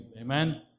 Amen